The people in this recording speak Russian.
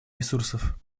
ресурсов